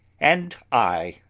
and i!